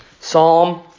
Psalm